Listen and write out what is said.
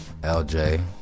LJ